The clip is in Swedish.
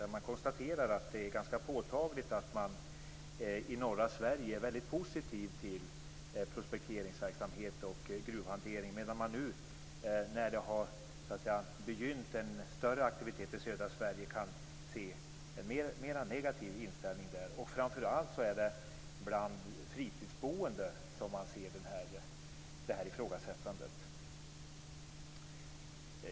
De konstaterar att det är ganska påtagligt att man i norra Sverige är mycket positiv till prospekteringsverksamhet och gruvhantering. Men nu när det har begynt en större aktivitet i södra Sverige kan man se en mer negativ inställning där. Och det är framför allt bland fritidsboende som man ser detta ifrågasättande.